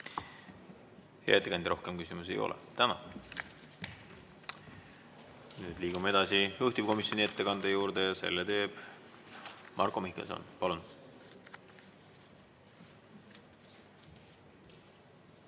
Hea ettekandja, rohkem küsimusi ei ole. Tänan! Nüüd liigume edasi juhtivkomisjoni ettekande juurde ja selle teeb Marko Mihkelson. Palun!